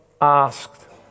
asked